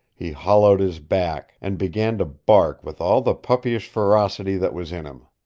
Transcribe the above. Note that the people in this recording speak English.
he hollowed his back, and began to bark with all the puppyish ferocity that was in him.